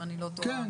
אם אני לא טועה.